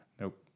Nope